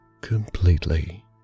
completely